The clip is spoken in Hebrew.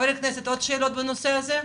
שאלה נוספת,